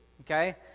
Okay